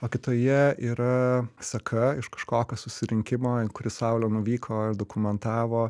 o kitoje yra seka iš kažkokio susirinkimo į kurį saulė nuvyko ir dokumentavo